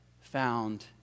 found